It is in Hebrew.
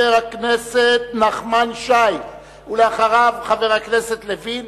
חבר הכנסת נחמן שי, ואחריו, חבר הכנסת לוין,